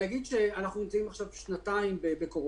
נגיד שאנחנו נמצאים עכשיו שנתיים בקורונה,